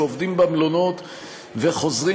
שעובדים במלונות וחוזרים.